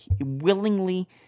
Willingly